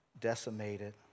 decimated